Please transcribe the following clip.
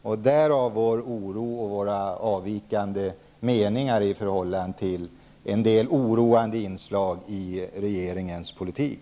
Därav kommer sig vår oro och våra avvikande meningar i förhållande till en del oroande inslag i regeringens politik.